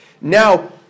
Now